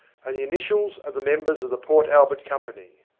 and the initials of the members of the port albert company.